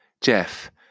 Jeff